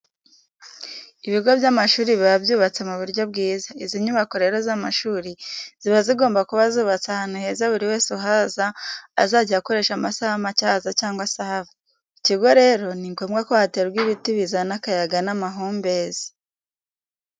Ibigo by'amashuri biba byubatse mu buryo bwiza. Izi nyubako rero z'amashuri ziba zigomba kuba zubatse ahantu heza buri wese uhaza azajya akoresha amasaha make ahaza cyangwa se ahava. Mu kigo rero ni ngombwa ko haterwa ibiti bizana akayaga n'amahumbezi.